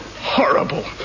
horrible